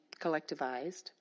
collectivized